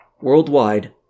Worldwide